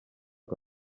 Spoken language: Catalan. que